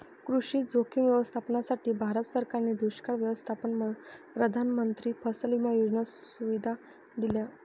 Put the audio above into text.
कृषी जोखीम व्यवस्थापनासाठी, भारत सरकारने दुष्काळ व्यवस्थापन, प्रधानमंत्री फसल विमा योजना या सुविधा दिल्या